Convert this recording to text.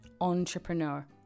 Entrepreneur